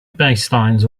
baselines